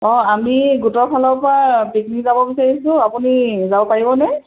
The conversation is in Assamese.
অঁ আমি গোটৰ ফালৰ পৰা পিকনিক যাব বিচাৰিছোঁ আপুনি যাব পাৰিবনে